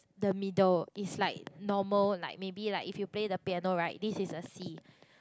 the middle is like normal like maybe like if you play the piano right this is a C